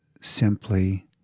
simply